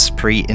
pre